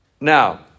Now